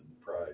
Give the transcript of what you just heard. pride